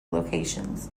locations